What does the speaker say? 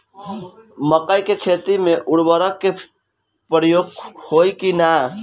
मकई के खेती में उर्वरक के प्रयोग होई की ना?